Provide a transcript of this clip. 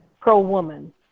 pro-woman